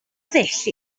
ddull